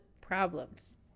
problems